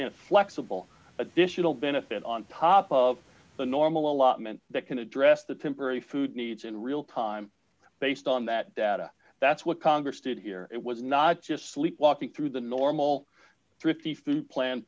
a flexible additional benefit on top of the normal allotment that can address the temporary food needs in real time based on that data that's what congress did here it was not just sleepwalking through the normal thrifty